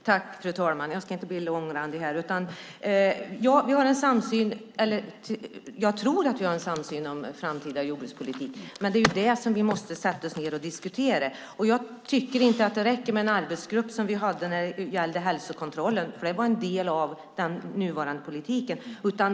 Fru ålderspresident! Jag ska inte bli långrandig här. Jag tror att vi har en samsyn om framtida jordbrukspolitik, men det är det som vi måste sätta oss ned och diskutera. Jag tycker inte att det räcker med en arbetsgrupp som vi hade när det gällde hälsokontrollen. Det var en del av den nuvarande politiken.